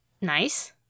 Nice